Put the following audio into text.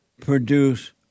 produce